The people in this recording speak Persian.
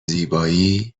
نور